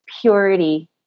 purity